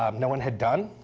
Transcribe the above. um no one had done.